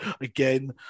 again